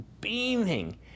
beaming